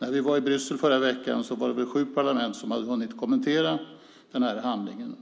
När vi var i Bryssel i förra veckan var det sju parlament som hade hunnit kommentera den här handlingen.